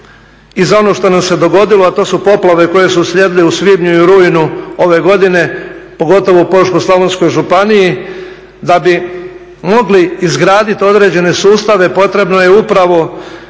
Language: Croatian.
i za ono što nam se dogodilo, a to su poplave koje su uslijedile u svibnju i u rujnu ove godine, pogotovo u Požeško-slavonskoj županiji, da bi mogli izgraditi određene sustave potrebno je upravo